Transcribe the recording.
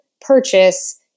purchase